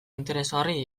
interesgarri